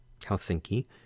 Helsinki